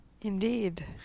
Indeed